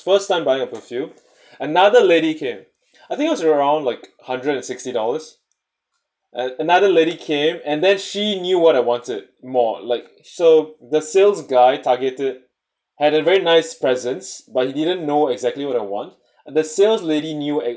first time buying a perfume another lady came I think it was around like hundred and sixty dollars and another lady came and then she knew what I wanted more like so the sales guy targeted had a very nice presence but he didn't know exactly what I want and the sales lady knew